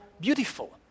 beautiful